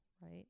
right